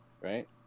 right